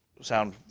sound